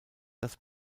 das